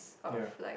ya